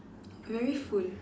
very full